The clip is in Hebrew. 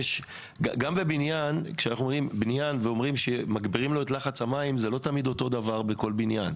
גם בבניין שמגבירים בו את לחץ המים זה לא תמיד אותו דבר בכל בניין: